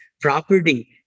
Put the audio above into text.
property